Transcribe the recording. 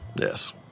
Yes